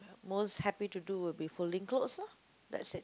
most happy to do will be folding clothes loh that's it